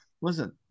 Listen